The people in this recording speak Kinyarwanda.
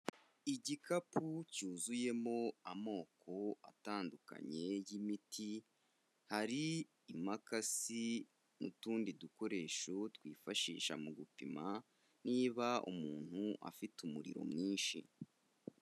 Igikapu cyuzuyemo amoko atandukanye y'imiti, hari imakasi n'utundi dukoresho twifashisha mu gupima niba umuntu afite umuriro mwinshi.